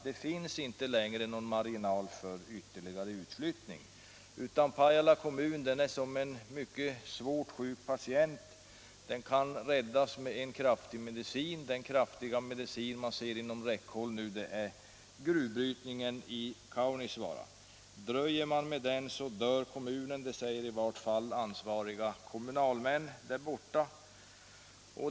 Det finns inte längre någon marginal för ytterligare utflyttning, utan Pajala kommun är som en svårt sjuk patient. Den kan räddas med en kraftig medicin. Den kraftiga medicin man ser inom räckhåll är gruvbrytningen i Kaunisvaara. Dröjer man med den, så dör kommunen —- det säger i vart fall ansvariga kommunalmän där uppe.